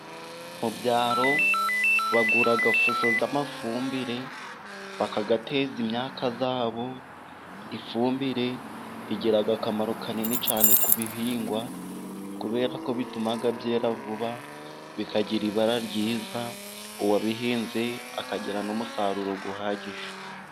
Mu byaro bagura fuso z'amafumbire bakayateza imyaka yahabo. Ifumbire rigira akamaro kanini cyane ku bihingwa kubera ko bituma byera vuba bikagira ibara ryiza, uwabihinze akagira umusaruro uhagije.